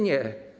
Nie.